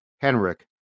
Henrik